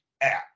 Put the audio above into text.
app